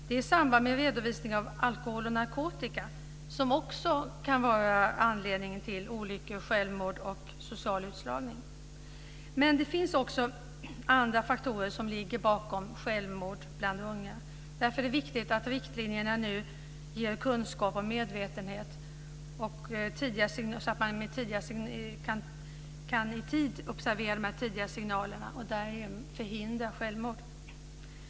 Det är i samband med redovisningen vad gäller alkohol och narkotika, som också kan vara anledningen till olyckor, självmord och social utslagning. Men det finns också andra faktorer som ligger bakom självmord bland unga. Därför är det viktigt att riktlinjerna nu ger kunskap och medvetenhet, så att man i tid kan observera dessa tidiga signaler och därigenom förhindra självmord.